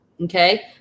Okay